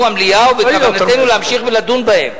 המליאה ובכוונתנו להמשיך ולדון בהם,